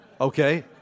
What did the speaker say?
Okay